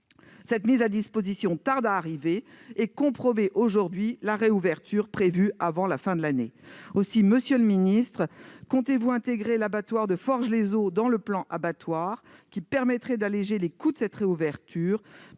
Cette mise à disposition tarde à se mettre en place et compromet la réouverture prévue avant la fin de l'année. Monsieur le ministre, comptez-vous intégrer l'abattoir de Forges-les-Eaux dans le plan Abattoirs ? Cela permettrait d'alléger le coût de cette réouverture.